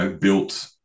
built